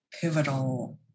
pivotal